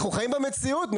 אנחנו חיים במציאות ,